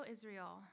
Israel